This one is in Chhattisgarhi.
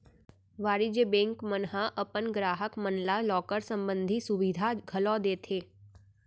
वाणिज्य बेंक मन ह अपन गराहक मन ल लॉकर संबंधी सुभीता घलौ देथे